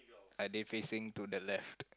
are they facing to the left